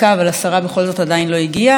אבל השרה בכל זאת עדיין לא הגיעה.